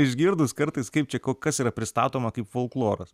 išgirdus kartais kaip čia ko kas yra pristatoma kaip folkloras